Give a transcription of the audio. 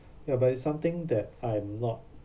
ya but it's something that I'm not